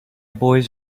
boys